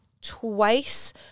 twice